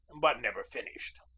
but never finished.